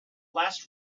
last